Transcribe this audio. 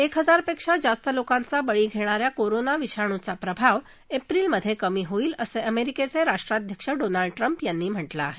एक हजार पेक्षा जास्त लोकांचा बळी घेणाऱ्या कोरोना विषाणूचा प्रभाव एप्रिल मध्ये कमी होईल असं अमेरिकेचे राष्ट्राध्यक्ष डोनाल्ड ट्रम्प यांनी म्हटलं आहे